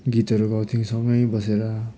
गीतहरू गाउँथौँ सँगै बसेर